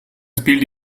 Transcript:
spilled